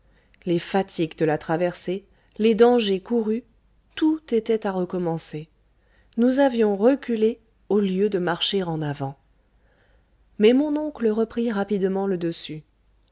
les fatigues de la traversée les dangers courus tout était à recommencer nous avions reculé au lieu de marcher en avant mais mon oncle reprit rapidement le dessus